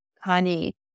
honey